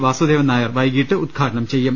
വാസുദേവൻ നായർ വൈകീട്ട് ഉദ്ഘാടനം ചെയ്യും